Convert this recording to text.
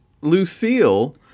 Lucille